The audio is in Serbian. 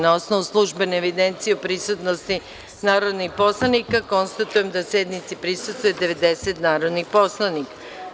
Na osnovu službene evidencije o prisutnosti narodnih poslanika, konstatujem da sednici prisustvuje 90 narodnih poslanika.